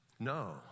No